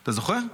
אתה זוכר?